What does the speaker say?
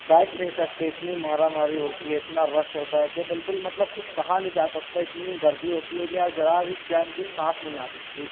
بیٹھ نہیں سکتے اتنی مارا ماری ہوتی ہے اتنا رش ہوتا ہے کہ بالکل مطلب کچھ کہا نہیں جا سکتا اتنی گردی ہوتی ہے کہ یار ذرا بھی چین کی سانس نہیں آ سکتی